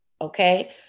Okay